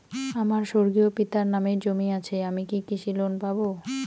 আমার স্বর্গীয় পিতার নামে জমি আছে আমি কি কৃষি লোন পাব?